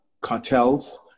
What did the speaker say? cartels